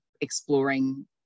exploring